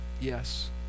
yes